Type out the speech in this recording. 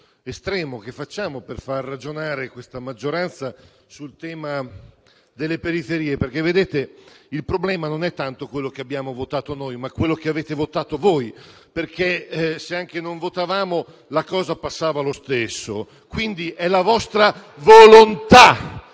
tentativo che facciamo per far ragionare questa maggioranza sul tema delle periferie. Vedete, il problema non è tanto quello che abbiamo votato noi, ma quello che avete votato voi, perché, se anche non votavamo, la cosa passava lo stesso. Quindi è la vostra volontà